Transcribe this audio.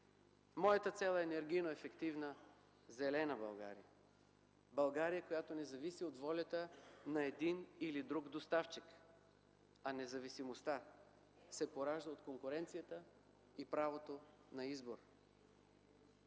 Моята цел е енергийно ефективна зелена България, България, която не зависи от условията на един или друг доставчик, а независимостта се поражда от конкуренцията и правото на избор.